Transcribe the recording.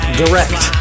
direct